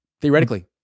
Theoretically